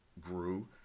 grew